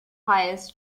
pious